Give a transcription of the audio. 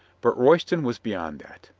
but royston was beyond that.